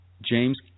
James